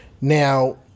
Now